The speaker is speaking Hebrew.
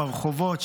ברחובות,